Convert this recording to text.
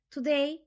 Today